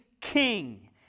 king